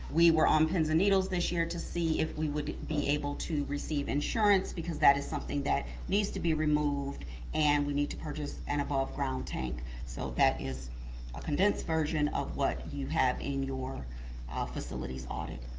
we were on pins and needles this year to see if we would be able to receive insurance because that is something that needs to be removed and we need to purchase an above-ground tank. so that is a condensed version of what you have in your ah facilities audit.